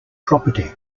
property